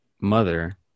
mother